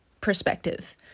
perspective